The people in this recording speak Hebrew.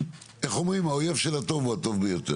כמו שאומרים האויב של הטוב הוא הטוב ביותר.